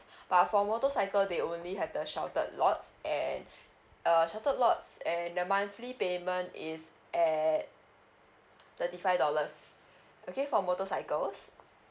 but for motorcycle they only have the sheltered lots and uh sheltered lots and the monthly payment is at thirty five dollars okay for motorcycles